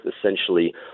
essentially